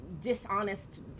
dishonest